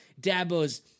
Dabo's